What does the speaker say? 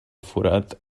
forat